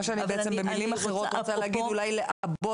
מה שאני במילים אחרות רוצה להגיד הוא אולי לעבות,